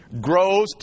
grows